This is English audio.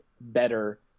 better